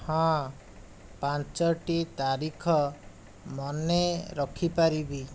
ହଁ ପାଞ୍ଚୋଟି ତାରିଖ ମନେ ରଖିପାରିବି